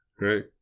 right